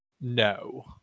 No